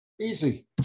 Easy